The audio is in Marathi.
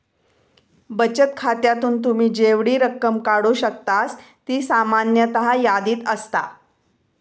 बचत खात्यातून तुम्ही जेवढी रक्कम काढू शकतास ती सामान्यतः यादीत असता